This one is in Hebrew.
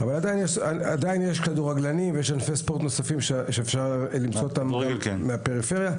יש כדורגלנים וספורטאים אחרים שיכולים לבוא גם מהפריפריה.